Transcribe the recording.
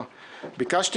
כבר ביום רביעי,